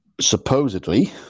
supposedly